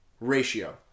ratio